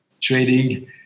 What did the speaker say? trading